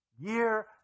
Year